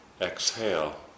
exhale